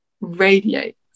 radiates